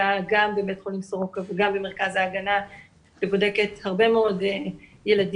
גם בבית חולים סורוקה וגם במרכז ההגנה ובודקת הרבה מאוד ילדים